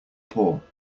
poor